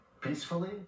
peacefully